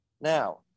Now